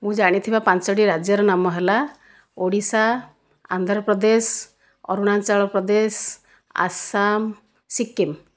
ମୁଁ ଜାଣିଥିବା ପାଞ୍ଚଟି ରାଜ୍ୟର ନାମ ହେଲା ଓଡ଼ିଶା ଆନ୍ଧ୍ରପ୍ରଦେଶ ଅରୁଣାଞ୍ଚଳ ପ୍ରଦେଶ ଆସାମ ସିକ୍କିମ